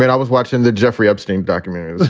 and i was watching that jeffrey epstein documented